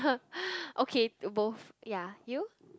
okay to both ya you